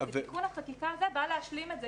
והתיקון לחקיקה הזה בא להשלים את זה,